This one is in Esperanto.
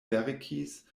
verkis